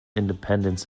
independence